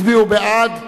הצביעו בעד,